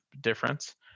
difference